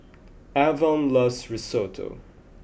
Avon loves Risotto